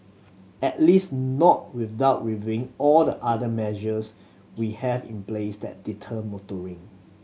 at least not without reviewing all the other measures we have in place that deter motoring